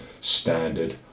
standard